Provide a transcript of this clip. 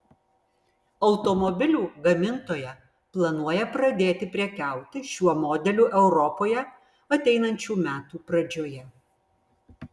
automobilių gamintoja planuoja pradėti prekiauti šiuo modeliu europoje ateinančių metų pradžioje